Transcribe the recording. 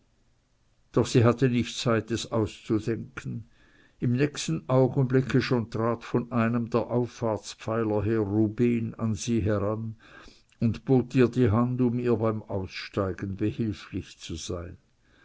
doch sie hatte nicht zeit es auszudenken im nächsten augenblicke schon trat von einem der auffahrtspfeiler her rubehn an sie heran und bot ihr die hand um ihr beim aussteigen behilflich zu sein